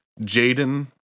Jaden